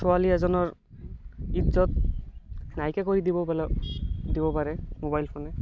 ছোৱালী এজনৰ ইজ্জত নাইকীয়া কৰি দিব পাৰে মোবাইল ফোনে